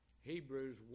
Hebrews